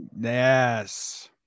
Yes